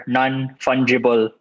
non-fungible